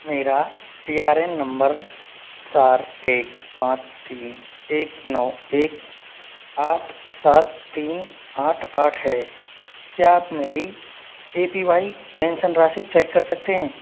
मेरा P R N number चार एक पाँच तीन एक नौ एक आठ सात तीन आठ आठ है क्या आप मेरी ए पी वाई पेंशन राशि चेक कर सकते हैं